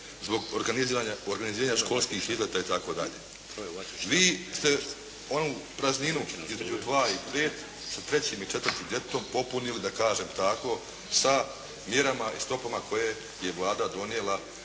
zbog organiziranja školskih izleta itd. Vi ste onu prazninu od 2 i 5 sa trećim i četvrtim djetetom popunili da kažem tako mjerama i stopama koje je Vlada donijela